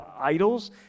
idols